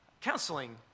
counseling